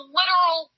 literal